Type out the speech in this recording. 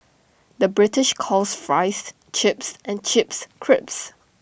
the British calls Fries Chips and Chips Crisps